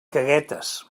caguetes